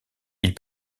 ils